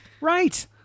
right